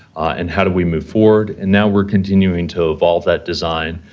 and how do we move forward? and now, we're continuing to evolve that design,